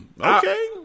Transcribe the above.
okay